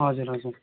हजुर हजुर